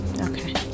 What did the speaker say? okay